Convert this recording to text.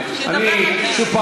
מזה, שרון.